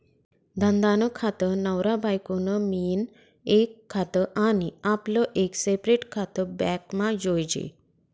धंदा नं खातं, नवरा बायको नं मियीन एक खातं आनी आपलं एक सेपरेट खातं बॅकमा जोयजे